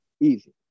easy